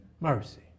Mercy